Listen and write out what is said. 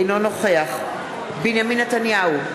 אינו נוכח בנימין נתניהו,